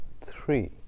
three